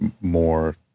more